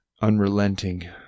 unrelenting